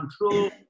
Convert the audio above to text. control